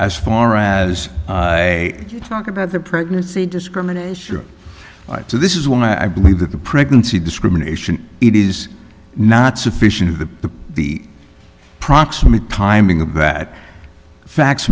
as far as a talk about the pregnancy discrimination so this is why i believe that the pregnancy discrimination it is not sufficient to the proximate timing of that fa